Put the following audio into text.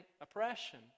oppression